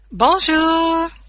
Bonjour